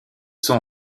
sont